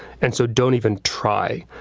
and so don't even try.